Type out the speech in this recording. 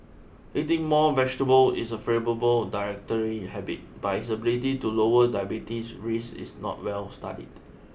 eating more vegetables is a favourable dietary habit but its ability to lower diabetes risk is not well studied